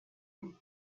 mig